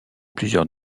plusieurs